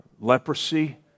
leprosy